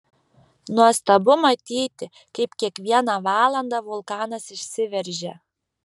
nuostabu matyti kaip kiekvieną valandą vulkanas išsiveržia